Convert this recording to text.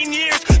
years